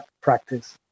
practice